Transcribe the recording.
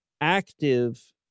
active